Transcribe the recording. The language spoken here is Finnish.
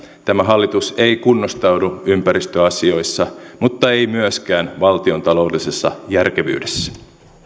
tämä hallitus ei kunnostaudu ympäristöasioissa mutta ei myöskään valtiontaloudellisessa järkevyydessä